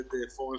עודד פורר,